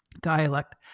dialect